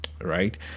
right